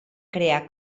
crear